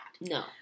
No